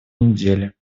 недели